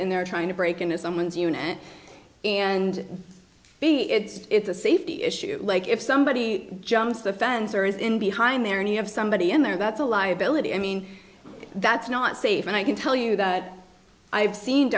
in there trying to break into someone's unit and b it's a safety issue like if somebody jumps the fans or is in behind there and you have somebody in there that's a liability i mean that's not safe and i can tell you that i've seen